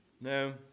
No